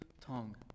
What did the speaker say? tongue